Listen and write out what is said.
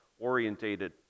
Orientated